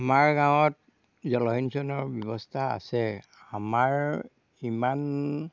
আমাৰ গাঁৱত জলসিঞ্চনৰ ব্যৱস্থা আছে আমাৰ ইমান